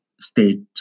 state